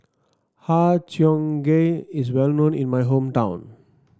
Har Cheong Gai is well known in my hometown